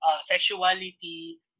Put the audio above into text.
sexuality